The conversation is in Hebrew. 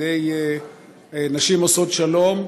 בנשים עושות שלום.